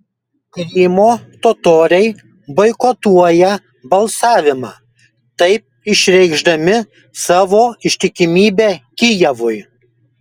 krymo totoriai boikotuoja balsavimą taip išreikšdami savo ištikimybę kijevui